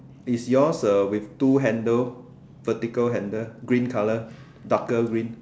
is yours uh with two handle vertical handle green colour darker green